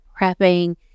prepping